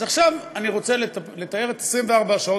אז עכשיו אני רוצה לתאר את 24 השעות